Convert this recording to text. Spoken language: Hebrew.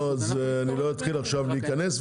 ואני לא אתחיל להיכנס לזה.